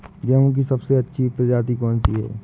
गेहूँ की सबसे अच्छी प्रजाति कौन सी है?